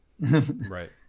Right